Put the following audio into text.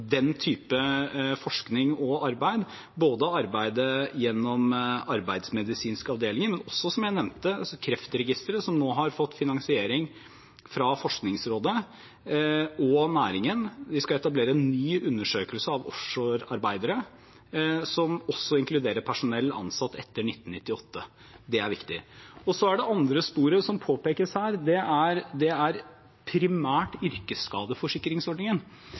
den typen forskning og arbeid, både arbeidet gjennom de arbeidsmedisinske avdelingene, og også, som jeg nevnte, Kreftregisteret, som nå har fått finansiering fra Forskningsrådet og næringen. De skal etablere en ny undersøkelse av offshorearbeidere som også inkluderer personell ansatt etter 1998. Det er viktig. Det andre sporet som påpekes her, er primært yrkesskadeforsikringsordningen. Det var der jeg nevnte rettssystemet, for i denne rapporten uttrykkes det